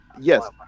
yes